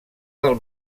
del